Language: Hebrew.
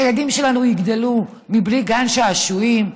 שהילדים שלנו יגדלו בלי גן שעשועים?